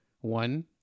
one